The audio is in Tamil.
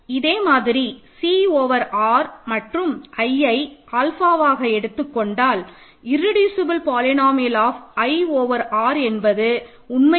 இதே மாதிரி C ஓவர் R மற்றும் iஐ ஆல்ஃபாவாக எடுத்துக்கொண்டால் irreducible polynomial of i over R என்பது உண்மையிலேயே ஸ்கொயர் ரூட் ஆப் 1 தான்